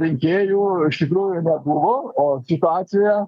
rinkėjų iš tikrųjų nebuvo o situacija